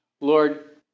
Lord